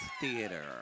theater